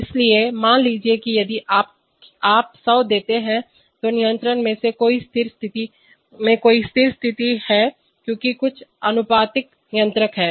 इसलिए मान लीजिए कि यदि आप सौ देते हैं तो नियंत्रण में कोई स्थिर स्थिति है क्योंकि कुछ आनुपातिक नियंत्रक है